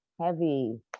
heavy